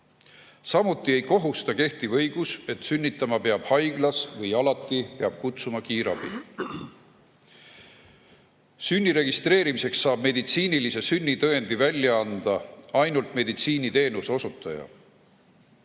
Samuti ei kohusta kehtiv õigus, et sünnitama peab haiglas või alati peab kutsuma kiirabi. Sünni registreerimiseks saab meditsiinilise sünnitõendi välja anda ainult meditsiiniteenuse osutaja.